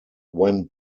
when